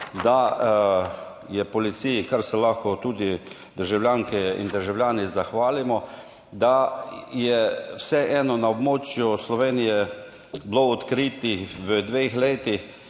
da je policiji, kar se lahko tudi državljanke in državljani zahvalimo, da je vseeno na območju Slovenije bilo odkritih v dveh letih